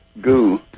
goo